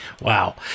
Wow